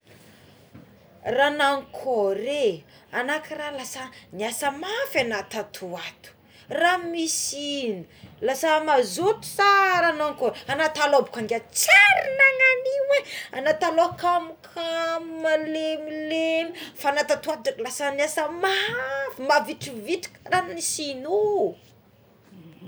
Ra nankory é ana kara niasa mafy ana tato ho ato ra misy ino lasa mazoto sa raha nankory egnao taloha boka ngia tsy ary nagnagn'nio é ana taloh kamokamo nalemilemy fa anao tato ho ato lasa niasa mafy mavitrivitrika fa misy ino.